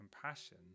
compassion